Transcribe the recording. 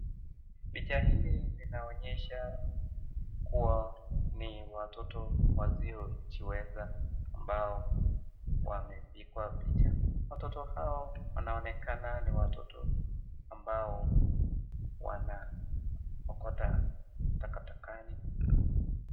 Picha hii linaonyesha kuwa ni watoto wasiojiweza ambao wamepigwa picha, watoto hao wanaonekana ni watoto ambao wanaokota takatakani.